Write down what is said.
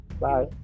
Bye